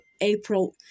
April